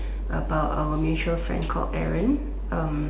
about our mutual friend called Aaron